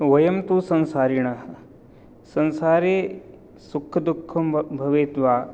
वयं तु संसारिणः संसारे सुखदुःखं भ भवेत् वा